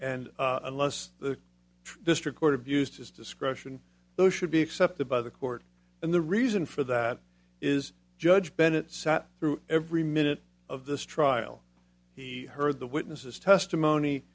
and unless the district court abused his discretion those should be accepted by the court and the reason for that is judge bennett sat through every minute of this trial he heard the witness's testimony